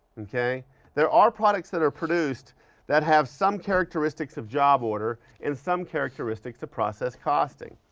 okay there are products that are produced that have some characteristics of job order and some characteristics of process costing.